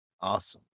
Awesome